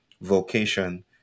vocation